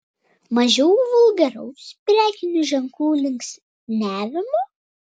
mažiau vulgaraus prekinių ženklų linksniavimo